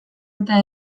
eta